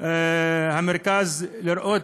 המרכז לראות,